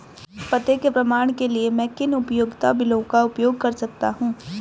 पते के प्रमाण के लिए मैं किन उपयोगिता बिलों का उपयोग कर सकता हूँ?